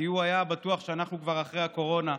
כי הוא היה בטוח שאנחנו כבר אחרי הקורונה,